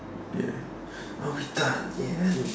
ya are we done yet